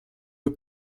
nur